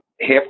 half